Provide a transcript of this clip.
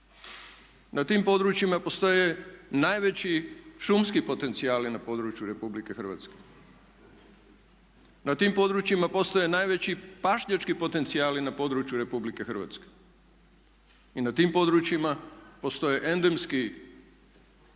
Na tim područjima postoje najveći šumski potencijali na području Republike Hrvatske. Na tim područjima postoje najveći pašnjački potencijali na području Republike Hrvatske. I na tim područjima postoje endemski potencijali